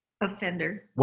Offender